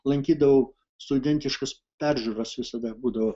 lankydavau studentiškas peržiūras visada būdavo